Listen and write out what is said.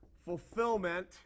fulfillment